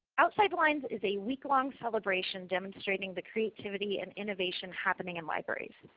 outside the lines is a week long celebration demonstrating the creativity and innovation happening in libraries.